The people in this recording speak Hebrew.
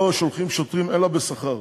לא שולחים שוטרים אלא בשכר.